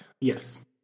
Yes